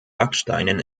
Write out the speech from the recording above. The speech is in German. backsteinen